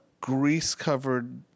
grease-covered